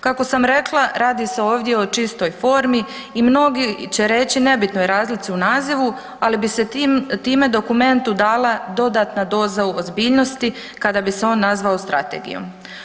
Kako sam rekla, radi se ovdje o čistoj formi i mnogi će reći nebitnoj razlici u nazivu, ali bi se tim, time dokumentu dala dodatna doza ozbiljnosti kada bi se on nazvao „strategijom“